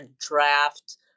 draft